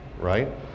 right